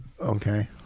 Okay